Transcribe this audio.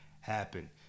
happen